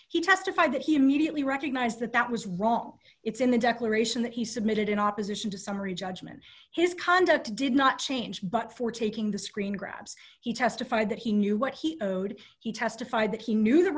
he testified that he immediately recognized that that was wrong it's in the declaration that he submitted in opposition to summary judgment his conduct did not change but for taking the screen grabs he testified that he knew what he owed he testified that he knew the